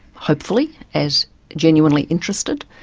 hopefully, as genuinely interested,